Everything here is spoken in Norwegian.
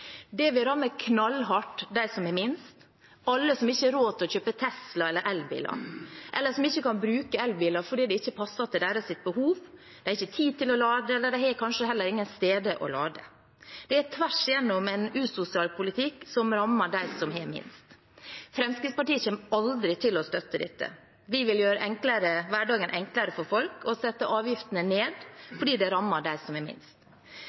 Det vil ramme knallhardt dem som har minst, alle som ikke har råd til å kjøpe Tesla eller elbil, som ikke kan bruke elbil fordi det ikke passer til deres behov, som ikke har tid til å lade, eller kanskje heller ikke har noe sted å lade. Det er en tvers igjennom usosial politikk som rammer dem som har minst. Fremskrittspartiet kommer aldri til å støtte dette. Vi vil gjøre hverdagen enklere for folk og sette avgiftene ned, for dette rammer dem som har minst.